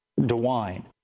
DeWine